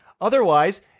Otherwise